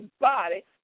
body